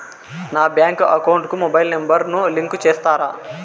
నా bank account కు mobile number ను లింకు చేస్తారా?